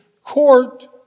court